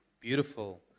beautiful